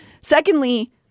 Secondly